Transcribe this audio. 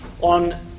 on